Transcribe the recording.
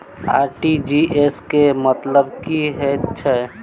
RTGS केँ मतलब की हएत छै?